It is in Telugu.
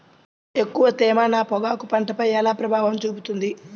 ఎక్కువ తేమ నా పొగాకు పంటపై ఎలా ప్రభావం చూపుతుంది?